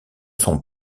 sont